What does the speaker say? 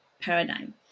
paradigm